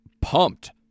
pumped